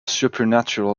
supernatural